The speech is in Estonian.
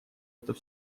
jätab